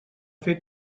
fer